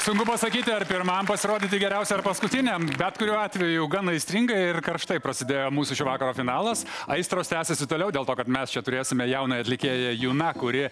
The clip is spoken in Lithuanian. sunku pasakyti ar pirmam pasirodyti geriausiai ar paskutiniam bet kuriuo atveju gan aistringai ir karštai prasidėjo mūsų šio vakaro finalas aistros tęsiasi toliau dėl to kad mes čia turėsime jaunąją atlikėją juna kuri